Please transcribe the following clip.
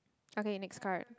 okay next card